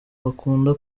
bakunda